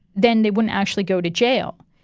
then they wouldn't actually go to jail.